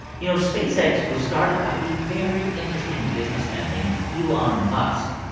you know, spacex was started by a very interesting businessman named elon musk.